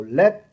let